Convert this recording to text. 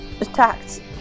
attacked